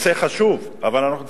הנושא חשוב, אבל אנחנו צריכים,